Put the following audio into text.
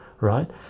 right